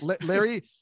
Larry